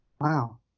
Wow